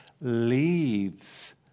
leaves